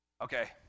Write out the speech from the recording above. Okay